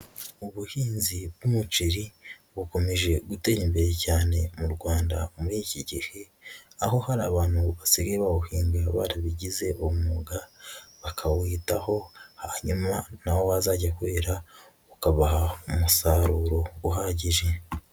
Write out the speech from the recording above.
Ubuhinzi bw'umuceri bukomeje gutera imbere cyane mu Rwanda muri iki gihe, aho hari abantu basigaye bawuhinga barabigize umwuga, bakawitaho, hanyuma nawo wazajya kwera ukabaha umusaruro uhagije.